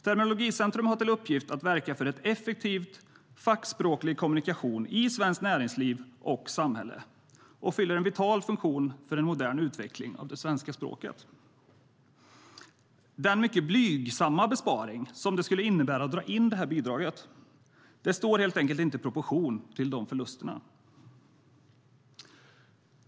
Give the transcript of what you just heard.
Terminologicentrum har till uppgift att verka för en effektiv fackspråklig kommunikation i svenskt näringsliv och samhälle och fyller en vital funktion för en modern utveckling av det svenska språket. Den mycket blygsamma besparing det skulle innebära att dra in detta bidrag står helt enkelt inte i proportion till förlusterna.